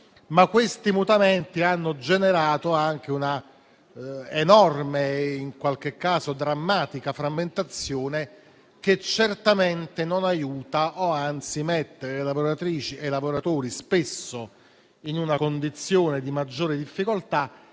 ma questi mutamenti hanno generato anche una enorme, in qualche caso drammatica, frammentazione che certamente non aiuta e anzi spesso mette le lavoratrici e i lavoratori in una condizione di maggiore difficoltà